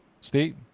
Steve